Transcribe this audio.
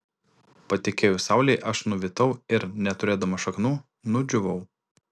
patekėjus saulei aš nuvytau ir neturėdamas šaknų nudžiūvau